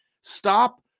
stop